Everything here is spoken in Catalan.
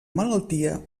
malaltia